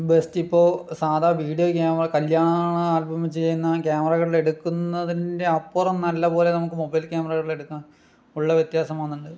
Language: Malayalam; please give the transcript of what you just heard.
ബെസ്റ്റ് ഇപ്പോൾ സാധാ വീഡിയോ ക്യാമറ കല്യാണ ആൽബം ചെയ്യുന്ന കാമറകളിൽ എടുക്കുന്നതിൻ്റെ അപ്പുറം നല്ല പോലെ നമുക്ക് മൊബൈൽ ക്യാമറകളിൽ എടുക്കാൻ ഉള്ള വ്യത്യാസം വന്നിട്ടുണ്ട്